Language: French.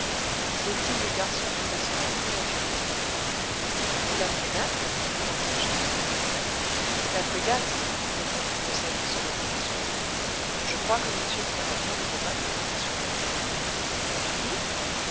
le digne garçon trouvait cela tout naturel et la frégate demandai-je la frégate répondit conseil en se retournant sur le dos je crois que monsieur fera bien de ne pas trop compter sur elle tu dis